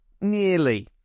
Nearly